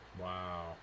Wow